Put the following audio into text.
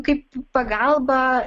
kaip pagalbą